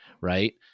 Right